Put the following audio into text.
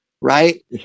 Right